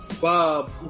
Bob